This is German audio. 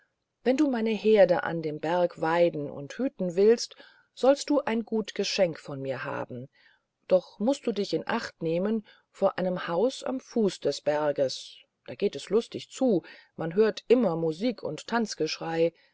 wenn du meine heerde an dem berg weiden und hüten willst sollst du ein gut geschenk von mir haben doch mußt du dich in acht nehmen vor einem haus am fuße des bergs da gehts lustig zu man hört immer musik und